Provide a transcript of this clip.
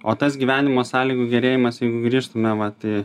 o tas gyvenimo sąlygų gerėjimas jeigu grįžtume vat į